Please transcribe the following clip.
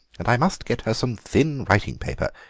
and i must get her some thin writing paper.